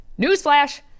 newsflash